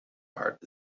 part